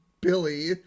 Billy